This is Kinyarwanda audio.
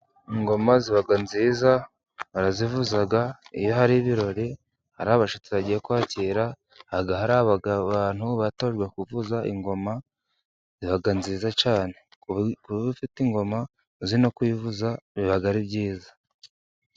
Ingoma zibaga nziza barazivuza, iyo hari ibirori hari abashyitsi bagiye kwakira . Haba hari abantu batojwe kuvuza ingoma ziba nziza cyane . Ufite ingoma azi no kuyivuza biba ari byiza.